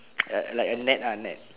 like a net ah net